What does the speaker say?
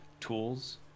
tools